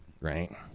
right